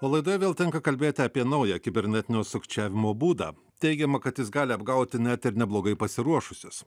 o laidoje vėl tenka kalbėti apie naują kibernetinio sukčiavimo būdą teigiama kad jis gali apgauti net ir neblogai pasiruošusius